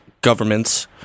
governments